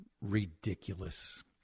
ridiculous